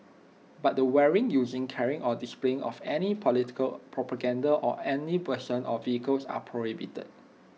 but the wearing using carrying or displaying of any political propaganda on any person or vehicles are prohibited